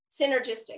synergistic